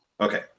okay